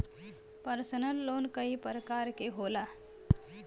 personal loan कई परकार के होला